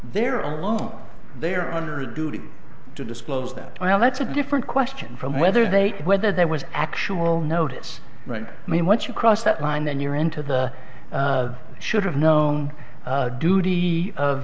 they're alone they're under a duty to disclose that well that's a different question from whether they did whether there was actual notice right i mean once you cross that line then you're into the should have known duty of